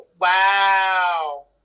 Wow